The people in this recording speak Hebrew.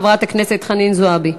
חברת הכנסת חנין זועבי.